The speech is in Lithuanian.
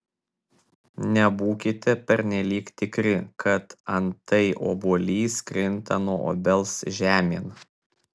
nebūkite pernelyg tikri kad antai obuolys krinta nuo obels žemėn